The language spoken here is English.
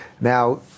Now